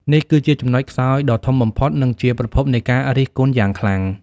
នេះគឺជាចំណុចខ្សោយដ៏ធំបំផុត និងជាប្រភពនៃការរិះគន់យ៉ាងខ្លាំង។